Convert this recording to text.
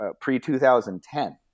pre-2010